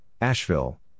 Asheville